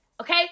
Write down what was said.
Okay